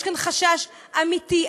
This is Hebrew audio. יש כאן חשש אמיתי.